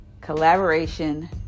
collaboration